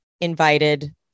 invited